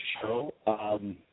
show